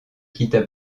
quitta